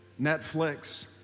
Netflix